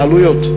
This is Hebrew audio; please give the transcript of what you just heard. העלויות,